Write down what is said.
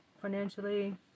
financially